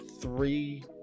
three